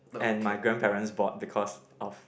and my grandparents bought because of